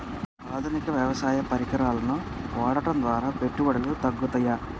ఆధునిక వ్యవసాయ పరికరాలను వాడటం ద్వారా పెట్టుబడులు తగ్గుతయ?